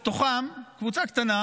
מתוכם קבוצה קטנה,